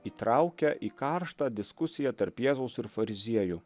įtraukia į karštą diskusiją tarp jėzaus ir fariziejų